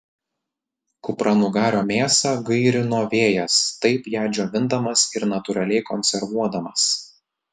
kupranugario mėsą gairino vėjas taip ją džiovindamas ir natūraliai konservuodamas